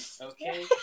okay